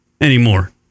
anymore